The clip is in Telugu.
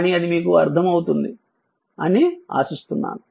కానీ అది మీకు అది అర్ధమవుతుంది అని ఆశిస్తున్నాను